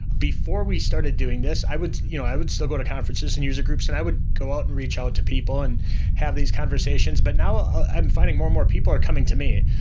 before we started doing this, i would you know i would still go to conferences and user groups and i would go out and reach out to people and have these conversations. but now, i'm finding more and more people are coming to me.